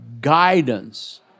guidance